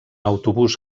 autobús